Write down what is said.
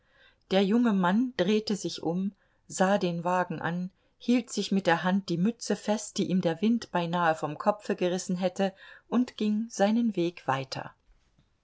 der junge mann drehte sich um sah den wagen an hielt sich mit der hand die mütze fest die ihm der wind beinahe vom kopfe gerissen hätte und ging seinen weg weiter